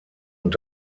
und